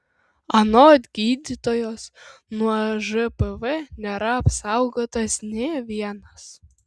anot gydytojos nuo žpv nėra apsaugotas nė vienas